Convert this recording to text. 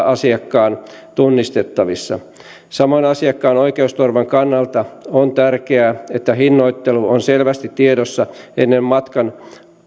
asiakkaan tunnistettavissa samoin asiakkaan oikeusturvan kannalta on tärkeää että hinnoittelu on selvästi tiedossa ennen matkan